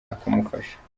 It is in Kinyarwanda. akamufasha